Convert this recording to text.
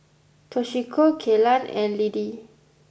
Toshiko Kelan and Lidie